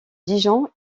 dijon